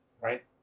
right